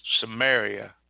Samaria